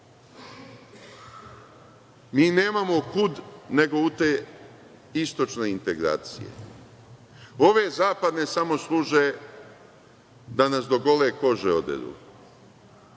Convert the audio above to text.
Mi nemamo kud nego u te istočne integracije. Ove zapadne samo služe da nas do gole kože oderu.